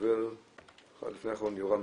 יורם ביטון,